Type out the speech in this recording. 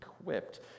equipped